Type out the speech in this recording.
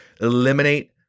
Eliminate